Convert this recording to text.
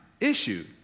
issue